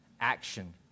action